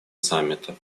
саммита